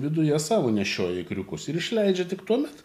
viduje savo nešioja ikriukus ir išleidžia tik tuomet